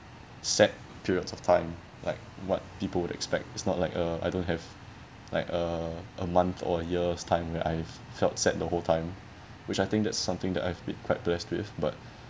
sad periods of time like what people would expect it's not like uh I don't have like uh a month or years time where I've felt sad the whole time which I think that's something that I've been quite blessed with but